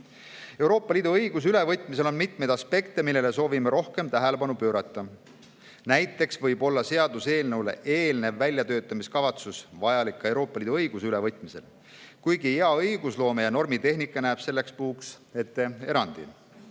Euroopa Liidu õiguse ülevõtmisel on mitmeid aspekte, millele soovime rohkem tähelepanu pöörata. Näiteks võib olla seaduseelnõule eelnev väljatöötamiskavatsus vajalik ka Euroopa Liidu õiguse ülevõtmisel, kuigi hea õigusloome ja normitehnika [eeskiri] näeb selleks puhuks ette erandi.